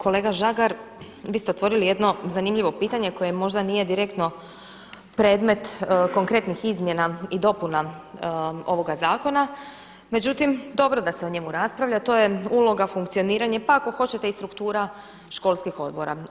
Kolega Žagar, vi ste otvorili jedno zanimljivo pitanje koje možda nije direktno predmet konkretnih izmjena i dopuna ovoga zakona, međutim dobro da se o njemu raspravlja, to je uloga funkcioniranja pa ako hoćete i struktura školskih odbora.